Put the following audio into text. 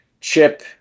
chip